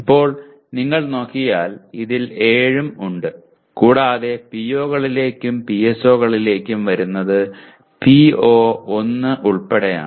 ഇപ്പോൾ നിങ്ങൾ നോക്കിയാൽ ഇതിൽ 7 ഉണ്ട് കൂടാതെ PO കളിലേക്കും PSO കളിലേക്കും വരുന്നത് PO1 ഉൾപ്പെടെയാണ്